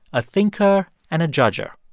a thinker and a judger.